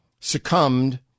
succumbed